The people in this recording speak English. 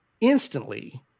instantly